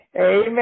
Amen